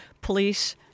police